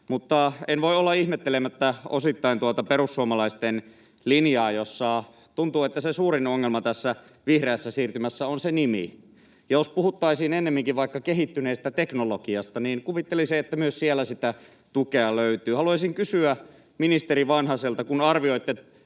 Mutta en voi olla ihmettelemättä osittain tuota perussuomalaisten linjaa, kun tuntuu, että se suurin ongelma tässä vihreässä siirtymässä on se nimi. Jos puhuttaisiin ennemminkin vaikka kehittyneestä teknologiasta, niin kuvittelisi, että myös sinne sitä tukea löytyy. Haluaisin kysyä ministeri Vanhaselta: Kun arvioitte